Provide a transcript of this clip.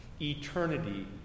Eternity